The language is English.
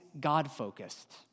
God-focused